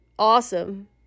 awesome